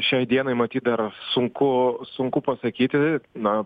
šiai dienai matyt dar sunku sunku pasakyti na